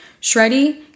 shreddy